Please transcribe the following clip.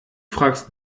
fragst